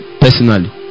personally